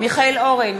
מיכאל אורן,